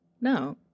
No